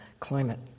climate